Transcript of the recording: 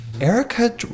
Erica